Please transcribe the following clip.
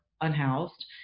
unhoused